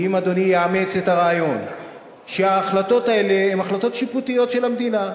אם אדוני יאמץ את הרעיון שההחלטות האלה הן החלטות שיפוטיות של המדינה,